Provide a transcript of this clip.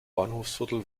bahnhofsviertel